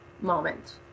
moment